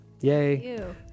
Yay